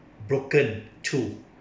broken too